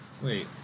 Wait